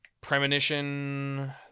Premonition